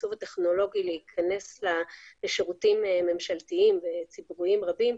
העיצוב הטכנולוגי להיכנס לשירותים ממשלתיים וציבוריים רבים,